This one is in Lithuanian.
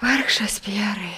vargšas pjerai